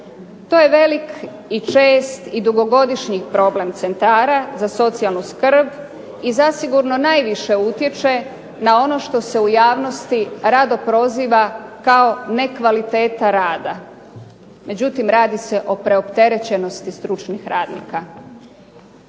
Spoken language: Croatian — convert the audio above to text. To je velik i čest i dugogodišnji problem centara za socijalnu skrb i zasigurno najviše utječe na ono što se u javnosti rado proziva kao nekvaliteta rada, međutim radi se o preopterećenosti stručnih radnika.